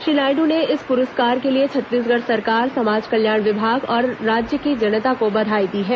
श्री नायडू ने इस पुरस्कार के लिए छत्तीसगढ़ सरकार समाज कल्याण विभाग और राज्य की जनता को बधाई दी है